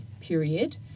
period